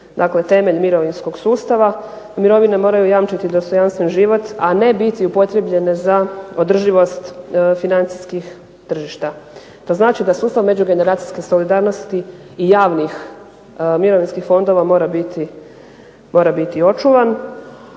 biti temelj mirovinskog sustava i mirovine moraju jamčiti dostojanstven život, a ne biti upotrijebljene za održivost financijskih tržišta. To znači da sustav međugeneracijske solidarnosti i javnih mirovinskih fondova mora biti očuvan.